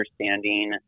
understanding